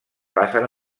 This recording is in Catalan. passen